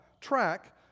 track